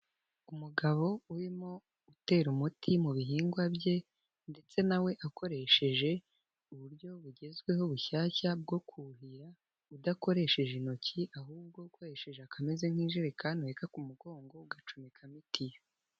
Umugabo urimo utera umuti mu bihingwa bye, ndetse nawe we akoresheje uburyo bugezweho bushyashya bwo kuwuhira udakoresheje intoki ahubwo ukoresheje akameze nk'ijirekanmeka ku mugongo ugacomekamo itiyo.